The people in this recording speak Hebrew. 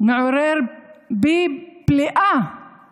מעורר בי פליאה הוא